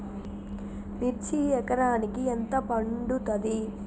మిర్చి ఎకరానికి ఎంత పండుతది?